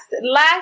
last